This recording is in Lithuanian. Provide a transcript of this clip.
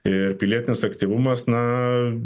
ir pilietinis aktyvumas na